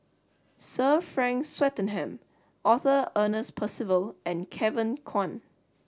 Sir Frank Swettenham Arthur Ernest Percival and Kevin Kwan